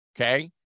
Okay